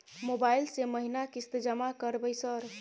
Mobile से महीना किस्त जमा करबै सर?